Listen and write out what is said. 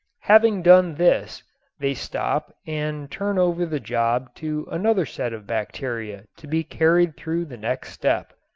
having done this they stop and turn over the job to another set of bacteria to be carried through the next step.